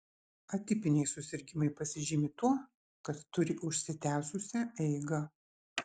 atipiniai susirgimai pasižymi tuo kad turi užsitęsusią eigą